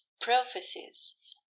prophecies